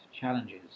challenges